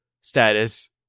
status